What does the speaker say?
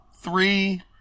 three